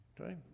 okay